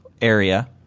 Area